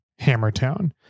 Hammertown